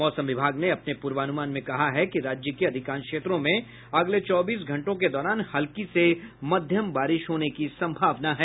मौसम विभाग ने अपने पूर्वानुमान में कहा है कि राज्य के अधिकांश क्षेत्रों में अगले चौबीस घंटों के दौरान हल्की से मध्यम बारिश होने की संभावना है